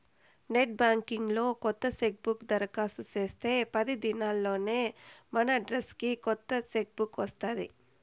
net banking లో కొత్త cheque book దరకాస్తు చేస్తే పది దినాల్లోనే మనడ్రస్కి కొత్త చెక్ బుక్ వస్తాది